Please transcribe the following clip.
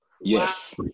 Yes